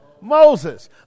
Moses